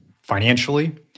financially